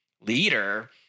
leader